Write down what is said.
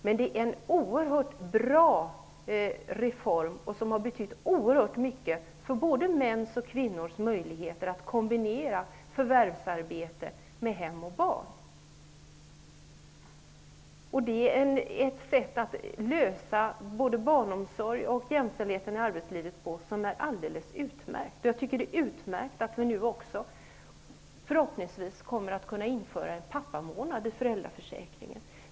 Men det är en bra reform, som har betytt oerhört mycket både för mäns och kvinnors möjligheter att kombinera förvärvsarbete med hem och barn. Föräldraförsäkringen är ett alldeles utmärkt sätt att lösa frågorna kring barnomsorgen och jämställdheten i arbetslivet. Jag tycker att det är utmärkt att vi nu förhoppningsvis också kommer att kunna införa en pappamånad i föräldraförsäkringen.